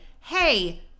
Hey